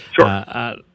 Sure